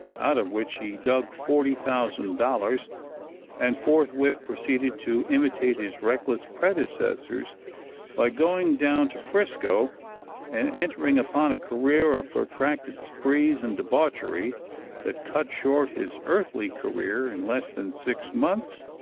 out of which he dug forty thousand dollars and forthwith proceeded to imitate his reckless predecessors by going down to frisco and entering upon a career of protracted sprees and debauchery that cut short his earthly career in less than six months,